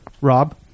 Rob